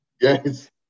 Yes